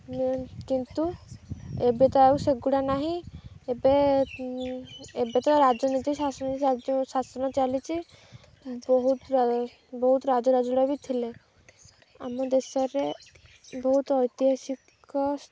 କିନ୍ତୁ ଏବେ ତ ଆଉ ସେଗୁଡ଼ା ନାହିଁ ଏବେ ଏବେ ତ ରାଜନୀତି ଶାସନ ଚାଲିଛି ବହୁତ ବହୁତ ରାଜ ରାଜୁଡ଼ା ବି ଥିଲେ ଆମ ଦେଶରେ ବହୁତ ଐତିହାସିକ